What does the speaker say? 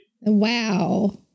wow